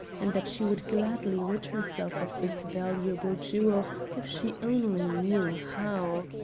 and that she would gladly rid herself of this valuable jewel if she only knew how.